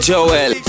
Joel